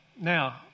Now